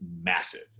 massive